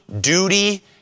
duty